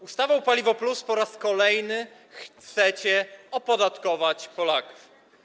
Ustawą paliwo+ po raz kolejny chcecie opodatkować Polaków.